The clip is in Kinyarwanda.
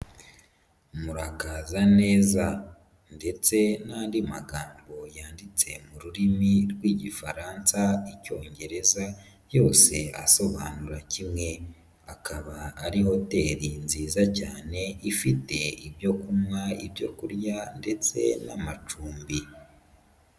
Murakaza neza ndetse n'andi magambo yanditse mu rurimi rw'Igifaransa, Icyongereza yose asobanura kimwe, akaba ari hoteri nziza cyane ifite ibyo kunywa, ibyo kurya ndetse n'amacumbi.